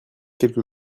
quelque